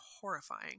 horrifying